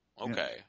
okay